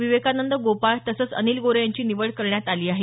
विवेकानंद गोपाळ तसंच अनिल गोरे यांची निवड करण्यात आली आहे